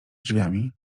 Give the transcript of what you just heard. drzwiami